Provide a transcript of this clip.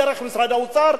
דרך משרד האוצר,